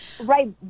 Right